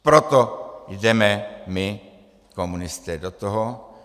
Proto jdeme my, komunisté, do toho.